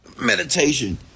Meditation